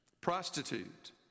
prostitute